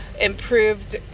improved